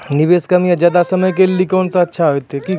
निवेश कम या ज्यादा समय के लेली कोंन अच्छा होइतै?